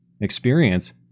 experience